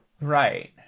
Right